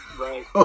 Right